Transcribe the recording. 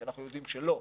כי אנחנו יודעים שלא.